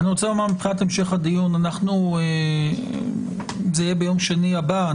המשך הדיון יהיה ביום שני הבא.